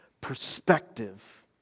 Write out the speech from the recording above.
perspective